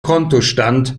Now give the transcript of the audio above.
kontostand